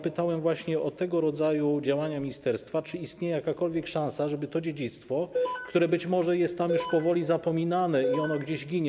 Pytałem właśnie o tego rodzaju działania ministerstwa, czy istnieje jakakolwiek szansa, żeby ocalić to dziedzictwo, które być może jest tam już powoli zapominane i ono gdzieś ginie.